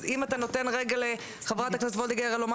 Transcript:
אז אם אתה נותן רגע לחברת הכנסת וולדיגר לומר